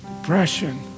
Depression